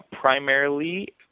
primarily